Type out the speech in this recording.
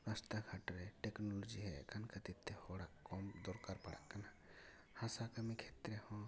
ᱨᱟᱥᱛᱟ ᱜᱷᱟᱴ ᱨᱮ ᱴᱮᱠᱱᱳᱞᱳᱡᱤ ᱦᱮᱡ ᱟᱠᱟᱱ ᱠᱷᱟᱹᱛᱤᱨ ᱛᱮ ᱦᱚᱲᱟᱜᱠᱚᱢ ᱫᱚᱨᱠᱟᱨ ᱯᱟᱲᱟᱜ ᱠᱟᱱᱟ ᱦᱟᱥᱟ ᱠᱟᱹᱢᱤ ᱠᱷᱮᱛᱨᱮ ᱦᱚᱸ